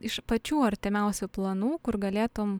iš pačių artimiausių planų kur galėtum